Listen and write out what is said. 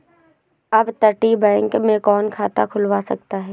अपतटीय बैंक में कौन खाता खुलवा सकता है?